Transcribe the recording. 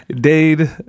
Dade